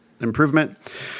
Improvement